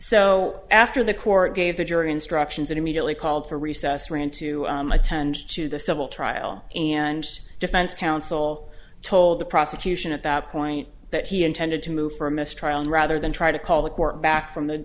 so after the court gave the jury instructions that immediately called for recess ran to attend to the civil trial and defense counsel told the prosecution at that point that he intended to move for a mistrial rather than try to call the court back from